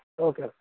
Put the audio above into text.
okay